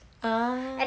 ah